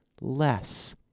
less